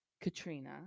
Katrina